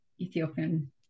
Ethiopian